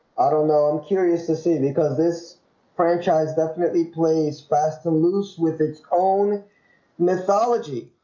i don't know. i'm curious to see because this franchise definitely plays fast and loose with its own mythology